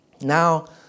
Now